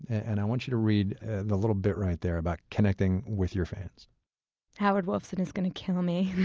and i want you to read the little bit right there about connecting with your fans howard wolfson is going to kill me